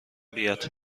بیاد